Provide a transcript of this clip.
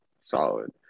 solid